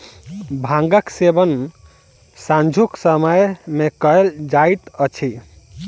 भांगक सेवन सांझुक समय मे कयल जाइत अछि